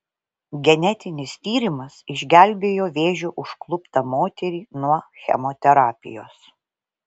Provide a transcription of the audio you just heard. genetinis tyrimas išgelbėjo vėžio užkluptą moterį nuo chemoterapijos